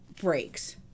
breaks